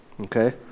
okay